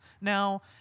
now